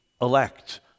elect